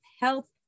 health